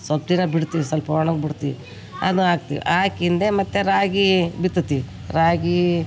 ಸ್ವಲ್ಪ್ ದಿನ ಬಿಡ್ತೀವಿ ಸ್ವಲ್ಪ ಒಣಗಿ ಬಿಡ್ತೀವಿ ಅದು ಹಾಕ್ತಿವ್ ಹಾಕಿಂದೆ ಮತ್ತು ರಾಗಿ ಬಿತ್ತತೀವಿ ರಾಗಿ